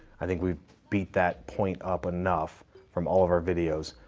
i think we've beat that point up enough from all of our videos.